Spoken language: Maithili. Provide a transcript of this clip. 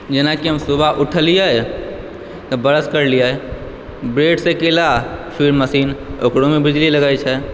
जेनाकि हम सुबह उठलियै तऽ ब्रश करलियै ब्रेड सेकै लए फेर मशीन ओकरोमे बिजली लगै छै